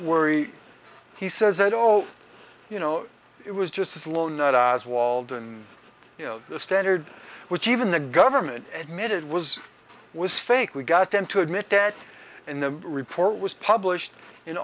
worry he says that oh you know it was just this lone walden you know the standard which even the government admitted was was fake we got them to admit that in the report was published in